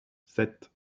sept